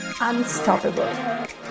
unstoppable